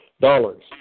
dollars